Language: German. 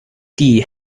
die